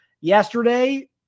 yesterday